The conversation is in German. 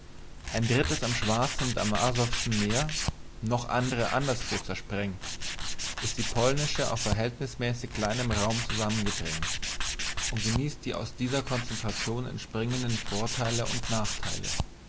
ein drittes am schwarzen und asowschen meer noch andre anderswo zersprengt ist die polnische auf verhältnismäßig kleinem raum zusammengedrängt und genießt sie aus dieser konzentration entspringenden vorteile und nachteile